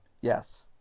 Yes